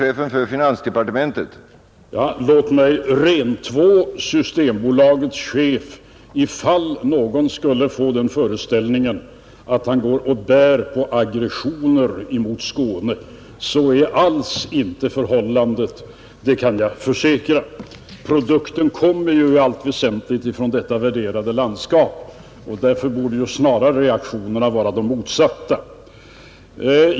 Herr talman! Låt mig rentvå Systembolagets chef, ifall någon skulle få den föreställningen att han går och bär på aggressioner mot Skåne. Så är alls inte förhållandet, det kan jag försäkra. Produkten kommer ju i allt väsentligt från detta värderade landskap, och därför borde reaktionerna snarare vara de motsatta.